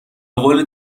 قول